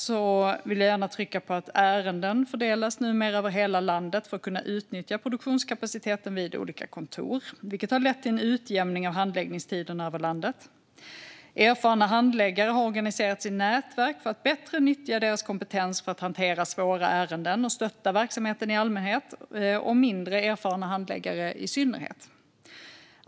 Jag vill gärna trycka på att ärenden numera fördelas över hela landet för att utnyttja produktionskapaciteten på olika kontor, vilket har lett till en utjämning av handläggningstiderna över landet. Erfarna handläggare har organiserat sig i nätverk för ett bättre nyttjande av deras kompetens i hanteringen av svåra ärenden och för att stötta verksamheten i allmänhet och mindre erfarna handläggare i synnerhet.